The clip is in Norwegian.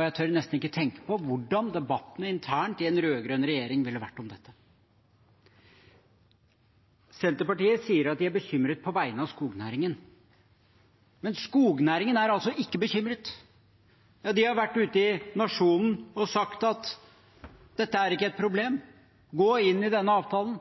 Jeg tør nesten ikke tenke på hvordan debatten internt i en rød-grønn regjering ville vært om dette. Senterpartiet sier at de er bekymret på vegne av skognæringen. Men skognæringen er altså ikke bekymret. De har vært ute i Nationen og sagt at dette er ikke et problem – gå inn i denne avtalen.